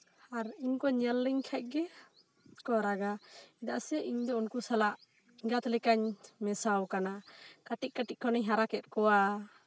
ᱟᱨ ᱤᱧᱠᱚ ᱧᱮᱞ ᱞᱤᱧ ᱠᱷᱟᱡ ᱜᱮ ᱠᱚ ᱨᱟᱜᱟ ᱪᱮᱫᱟᱜ ᱥᱮ ᱤᱧᱫᱚ ᱩᱱᱠᱩ ᱥᱟᱞᱟᱜ ᱮᱸᱜᱟᱛ ᱞᱮᱠᱟᱧ ᱢᱮᱥᱟᱣ ᱠᱟᱱᱟ ᱠᱟᱹᱴᱤᱡ ᱠᱟᱹᱴᱤᱡ ᱠᱷᱚᱱᱟᱜ ᱜᱟᱨᱟ ᱠᱮᱜ ᱠᱚᱣᱟ